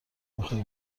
میخوای